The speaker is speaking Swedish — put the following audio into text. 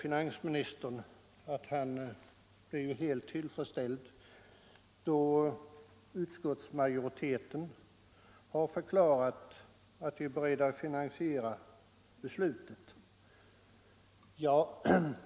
Finansministern säger att han är helt tillfredsställd, då utskottsmajoriteten har förklarat att den är beredd att finansiera reformen.